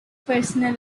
personal